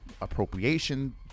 appropriation